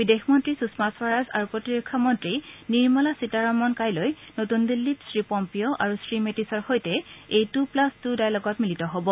বিদেশ মন্ত্ৰী সূষমা স্বৰাজ আৰু প্ৰতিৰক্ষা মন্ত্ৰী নিৰ্মলা সীতাৰামন কাইলৈ নতুন দিল্লীত শ্ৰীপম্পিঅ আৰু শ্ৰীমেটিছৰ সৈতে এই টু প্লাছ টু ডায়ল'গত মিলিত হ'ব